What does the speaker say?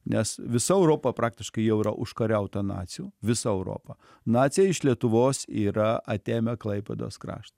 nes visa europa praktiškai jau yra užkariauta nacių visa europa naciai iš lietuvos yra atėmę klaipėdos kraštą